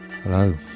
Hello